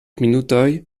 minutoj